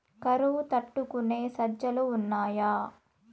కరువు తట్టుకునే సజ్జలు ఉన్నాయా